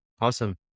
Awesome